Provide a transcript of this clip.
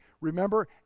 Remember